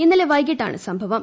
ഇന്നലെ വൈകിട്ടാണ് സംഭവം